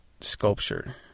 sculpture